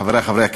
חברי חברי הכנסת,